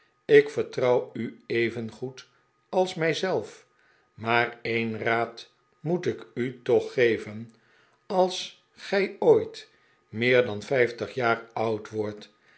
ik vertrouw u evengoed als mij zelf maar een raad moet ik u toch geven als gij ooit meer dan vijftig jaar oud wordt